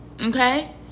okay